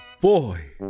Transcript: boy